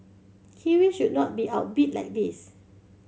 kiwis should not be outbid like this